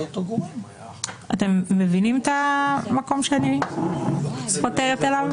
אתם מבינים את המקום שאני חותרת אליו?